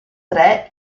tre